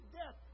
death